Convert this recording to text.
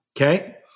Okay